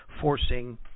forcing